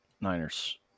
Niners